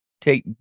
take